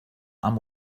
amb